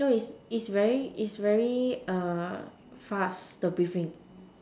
no it's it's very it's very fast the briefing